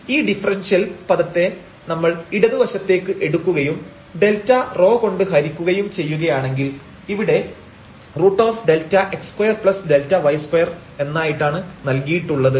ഈ ഡിഫറെൻഷ്യൽ പദത്തെ നമ്മൾ ഇടതുവശത്തേക്ക് എടുക്കുകയും Δρ കൊണ്ട് ഹരിക്കുകയും ചെയ്യുകയാണെങ്കിൽ ഇവിടെ √Δx2Δy2 എന്നായിട്ടാണ് നൽകിയിട്ടുള്ളത്